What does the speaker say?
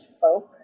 folk